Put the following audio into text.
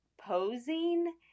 posing